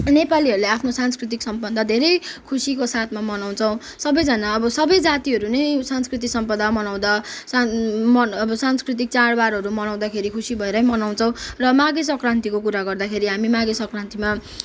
नेपालीहरूले आफ्नो सांस्कृतिक सम्पदा धेरै खुसीको साथमा मनाउँछौँ सबैजना अब सबै जातिहरू नै सांस्कृतिक सम्पदा मनाउँदा सान् अब सांस्कृतिक चाड बाडहरू मनाउँदाखेरि खुसी भएरै मनाउँछौँ र माघे सङ्क्रान्तिको कुरा गर्दाखेरि हामी माघे सङ्क्रान्तिमा